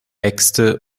äxte